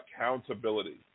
accountability